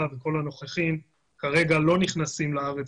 וכל הנוכחים יודעים כרגע לא נכנסים לארץ,